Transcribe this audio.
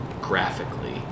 graphically